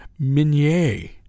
Minier